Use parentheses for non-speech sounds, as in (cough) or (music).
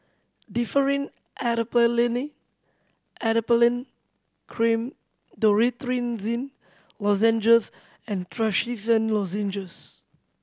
Differin (unintelligible) Adapalene Cream (unintelligible) Lozenges and Trachisan Lozenges